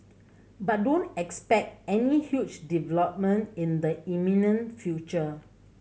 but don't expect any huge development in the imminent future